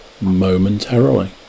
momentarily